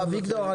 אביגדור,